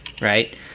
right